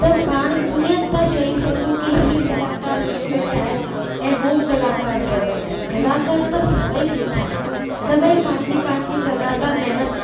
त पाण कीअं था चई सघूं के हीअ कलाकार फेरिवेट आहे ऐं हू कलाकार फेरिवेट आहे कलाकार त सभी सुठा आहिनि सभी पंहिंजी पंहिंजी जॻह जॻह तां महिनत